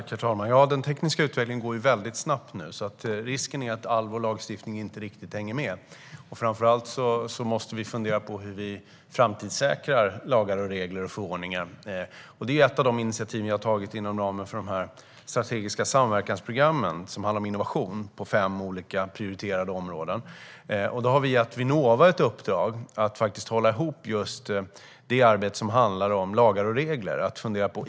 Herr talman! Den tekniska utvecklingen går väldigt snabbt nu. Risken är att all vår lagstiftning inte riktigt hänger med. Framför allt måste vi fundera på hur vi framtidssäkrar lagar, regler och förordningar. Det är ett av de initiativ vi har tagit inom ramen för de strategiska samverkansprogrammen, som handlar om innovation på fem olika prioriterade områden. Där har vi gett Vinnova i uppdrag att hålla ihop det arbete som handlar om lagar och regler.